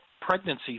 pregnancy